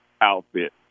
outfit